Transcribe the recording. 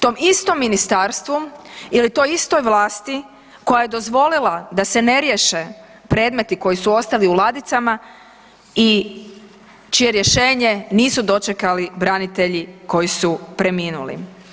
Tom istom ministarstvu ili toj istoj vlasti koja je dozvolila da se ne riješe predmeti koji su ostali u ladicama i čije rješenje nisu dočekali branitelji koji su preminuli.